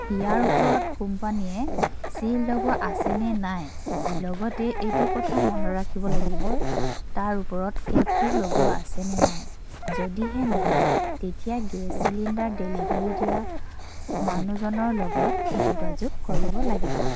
ইয়াৰ ওপৰত কোম্পানীয়ে ছীল লগোৱা আছে নে নাই লগতে এইটো কথা মনত ৰাখিব লাগিব তাৰ ওপৰত কেপটো লগোৱা আছে নে নাই যদিহে নাই তেতিয়া গেছ চিলিণ্ডাৰ ডেলিভাৰি দিয়া মানুহজনৰ লগত যোগাযোগ কৰিব লাগিব